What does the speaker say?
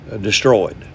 destroyed